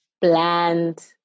bland